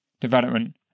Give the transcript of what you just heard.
development